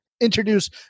introduce